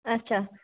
اَچھا